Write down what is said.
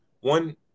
one –